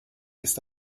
ist